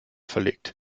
verlegt